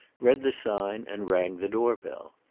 read the sign, and rang the doorbell.